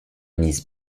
mise